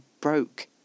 broke